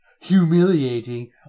humiliating